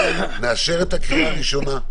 נאשר את הקריאה הראשונה.